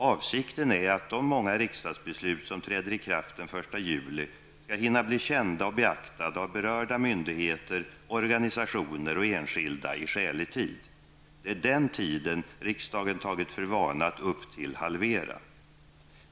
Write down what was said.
Avsikten är att de många riksdagsbeslut som träder i kraft den 1 juli skall hinna bli kända och beaktade av berörda myndigheter, organisationer och enskilda i skälig tid. Det är den tiden riksdagen tagit för vana att upp till halvera.